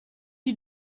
you